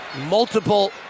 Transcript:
multiple